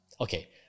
Okay